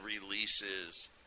releases